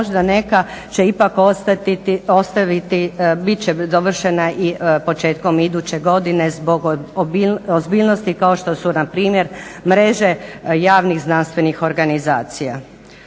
možda će biti završena početkom iduće godine zbog ozbiljnosti kao što su npr. mreže javnih zdravstvenih organizacija.